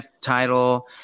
title